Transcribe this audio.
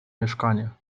mieszkanie